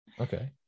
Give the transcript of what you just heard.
Okay